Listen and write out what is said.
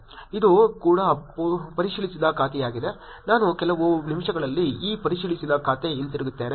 ಇದು ಕೂಡ ಪರಿಶೀಲಿಸಿದ ಖಾತೆಯಾಗಿದೆ ನಾನು ಕೆಲವು ನಿಮಿಷಗಳಲ್ಲಿ ಈ ಪರಿಶೀಲಿಸಿದ ಖಾತೆಗೆ ಹಿಂತಿರುಗುತ್ತೇನೆ